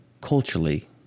culturally